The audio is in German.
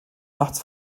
nachts